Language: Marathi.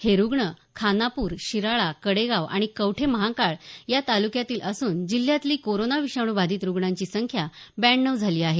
हे रुग्ण खानापूर शिराळा कडेगाव आणि कवठे महांकाळ या तालुक्यातील असून जिल्ह्यातली कोरोना विषाणू बाधित रुग्णांची संख्या ब्याण्णव झाली आहे